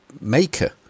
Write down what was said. maker